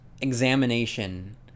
examination